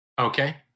Okay